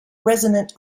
resonant